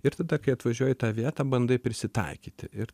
ir tada kai atvažiuoji į tą vietą bandai prisitaikyti ir